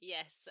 Yes